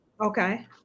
Okay